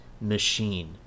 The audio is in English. machine